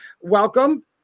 welcome